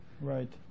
Right